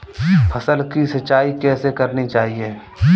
फसल की सिंचाई कैसे करनी चाहिए?